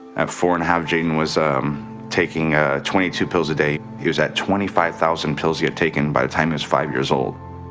at four and a half, jayden was taking ah twenty two pills a day he was at twenty five thousand pills he had taken by the time he was five years old.